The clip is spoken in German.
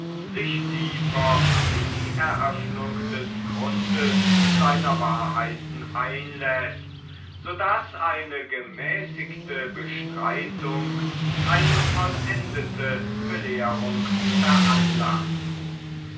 sich tiefer in die eröffnung des grundes seiner wahrheiten einläßt so daß eine gemäßigte bestreitung eine vollendete belehrung veranlaßt